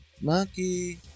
Monkey